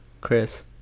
Chris